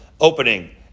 opening